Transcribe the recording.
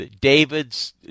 David's